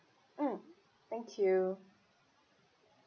mm thank you